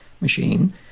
machine